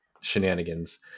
shenanigans